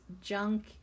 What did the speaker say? junk